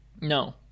No